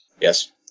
Yes